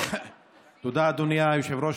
תודה, אדוני היושב-ראש.